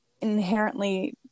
inherently